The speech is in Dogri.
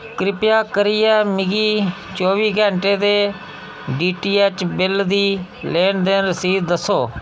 किरपा करियै मिगी चौह्बी घैंटे दे डी टी ऐच्च बिल्ल दी लेन देन रसीद दस्सो